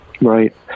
right